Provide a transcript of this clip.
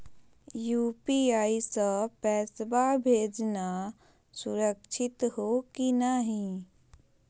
UPI स पैसवा भेजना सुरक्षित हो की नाहीं?